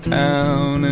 town